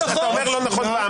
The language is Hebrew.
מה שאתה אומר לא נכון.